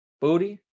booty